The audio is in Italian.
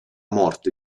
morte